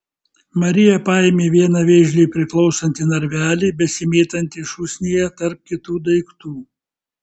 marija paėmė vieną vėžliui priklausantį narvelį besimėtantį šūsnyje tarp kitų daiktų